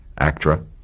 ACTRA